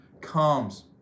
comes